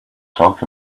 talk